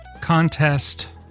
contest